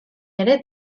ere